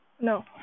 No